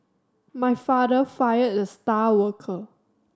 my father fired the star worker